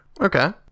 Okay